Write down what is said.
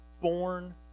born